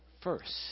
first